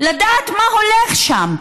לדעת מה הולך שם.